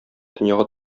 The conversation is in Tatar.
дөньяга